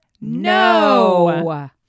No